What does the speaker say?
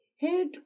head